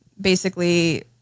basically-